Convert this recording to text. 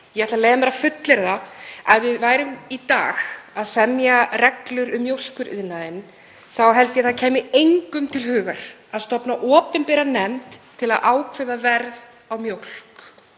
Ég ætla að leyfa mér að fullyrða að ef við værum í dag að semja reglur um mjólkuriðnaðinn þá kæmi engum til hugar að stofna opinbera nefnd til að ákveða verð á mjólk,